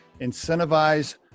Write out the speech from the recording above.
Incentivize